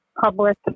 public